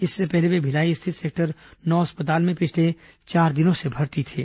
इससे पहले वे भिलाई स्थित सेक्टर नौ अस्पताल में पिछले चार दिनों से भर्ती थे